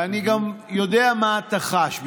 ואני גם יודע מה אתה חש.